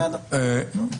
בסדר, נו.